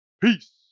Peace